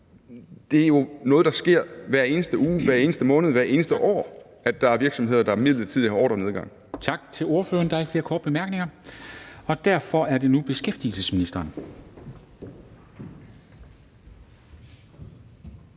Det er jo noget, der sker hver eneste uge, hver eneste måned, hvert eneste år, at der er virksomheder, der midlertidigt har ordrenedgang. Kl. 11:12 Formanden (Henrik Dam Kristensen): Tak til ordføreren. Der er ikke flere korte bemærkninger. Derfor er det nu beskæftigelsesministeren.